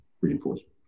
reinforcement